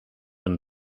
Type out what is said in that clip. een